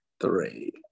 three